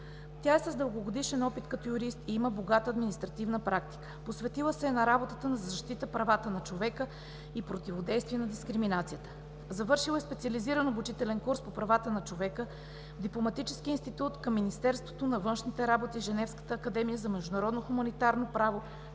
Тя е с дългогодишен опит като юрист и има богата административна практика. Посветила се е на работата за защита правата на човека и противодействие на дискриминацията. Завършила е специализиран обучителен курс по правата на човека в Дипломатическия институт към Министерство на външните работи и Женевската академия за международно хуманитарно право